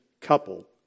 couple